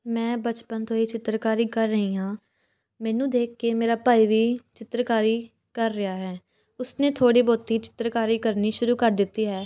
ਮੈਂ ਬਚਪਨ ਤੋਂ ਹੀ ਚਿੱਤਰਕਾਰੀ ਕਰ ਰਹੀਂ ਹਾਂ ਮੈਨੂੰ ਦੇਖ ਕੇ ਮੇਰਾ ਭਾਈ ਵੀ ਚਿੱਤਰਕਾਰੀ ਕਰ ਰਿਹਾ ਹੈ ਉਸਨੇ ਥੋੜ੍ਹੀ ਬਹੁਤੀ ਚਿੱਤਰਕਾਰੀ ਕਰਨੀ ਸ਼ੁਰੂ ਕਰ ਦਿੱਤੀ ਹੈ